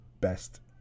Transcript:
best